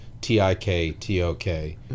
T-I-K-T-O-K